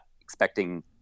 expecting